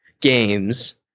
games